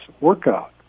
workout